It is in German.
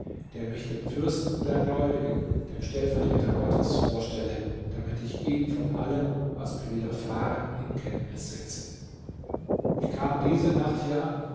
der mich dem fürsten der gläubigen dem stellvertreter gottes vorstelle damit ich ihn von allem was mir widerfahren in kenntnis setze ich kam diese nacht hier an